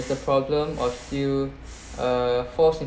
the problem of still uh false in